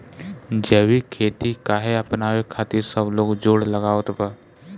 जैविक खेती काहे अपनावे खातिर सब लोग जोड़ लगावत बा?